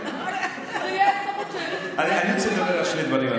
אני רוצה לדבר על שני דברים,